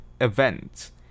events